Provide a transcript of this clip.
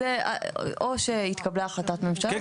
או שהתקבלה החלטת ממשלה בעניין.